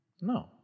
No